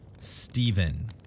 Stephen